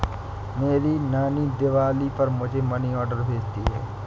मेरी नानी दिवाली पर मुझे मनी ऑर्डर भेजती है